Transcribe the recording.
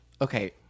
Okay